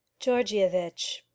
Georgievich